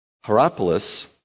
Hierapolis